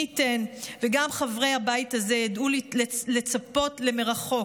מי ייתן וגם חברי הבית הזה ידעו לצפות למרחוק